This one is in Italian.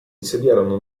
insediarono